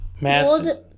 Math